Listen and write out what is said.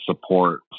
support